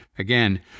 Again